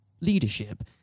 leadership